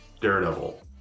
Daredevil